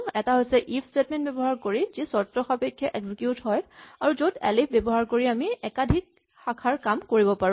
এটা হৈছে if statement ব্যৱহাৰ কৰি যি চৰ্তসাপেক্ষে এক্সিকিউট হয় আৰু য'ত এলিফ ব্যৱহাৰ কৰি আমি একাধিক শাখাৰ কাম কৰিব পাৰো